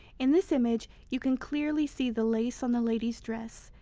in this image, you can clearly see the lace on the lady's dress,